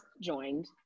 joined